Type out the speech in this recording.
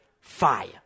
fire